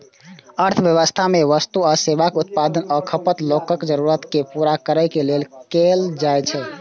अर्थव्यवस्था मे वस्तु आ सेवाक उत्पादन आ खपत लोकक जरूरत कें पूरा करै लेल कैल जाइ छै